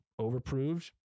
overproved